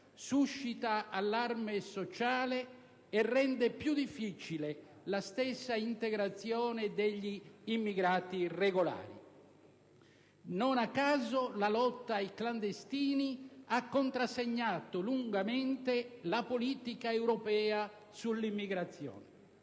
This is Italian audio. suscita allarme sociale e rende più difficile la stessa integrazione degli immigrati regolari. Non a caso, la lotta ai clandestini ha contrassegnato lungamente la politica europea sull'immigrazione.